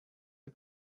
the